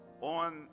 on